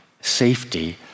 safety